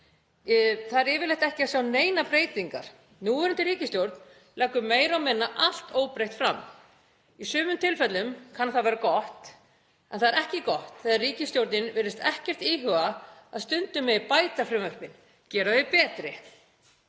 Það er yfirleitt ekki að sjá neinar breytingar. Núverandi ríkisstjórn leggur meira og minna allt óbreytt fram. Í sumum tilfellum kann það að vera gott en það er ekki gott þegar ríkisstjórnin virðist ekkert íhuga að stundum megi bæta frumvörpin, gera þau betri,